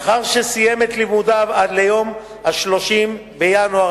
לאחר שסיים את לימודיו עד ליום 30 בינואר